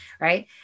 right